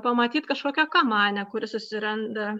pamatyt kažkokią kamanę kuri susiranda